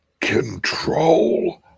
control